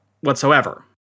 whatsoever